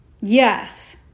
Yes